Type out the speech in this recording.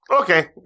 Okay